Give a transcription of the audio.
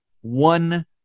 one